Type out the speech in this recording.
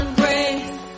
grace